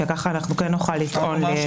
שכך אנחנו כן נוכל לטעון --- אפשר לומר